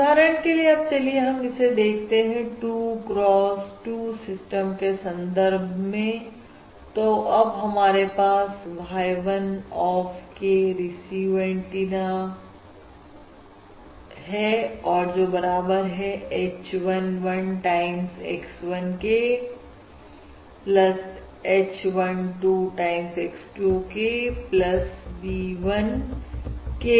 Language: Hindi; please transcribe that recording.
उदाहरण के लिए अब चलिए हम इसे देखते हैं 2 cross 2 सिस्टम के संदर्भ में तो अब हमारे पास y 1 of k receive antenna 1 है और जो बराबर है h 1 1 time x 1 k h 1 2 times x 2 k v 1 k के